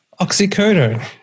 Oxycodone